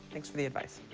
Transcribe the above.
thanks for the advice.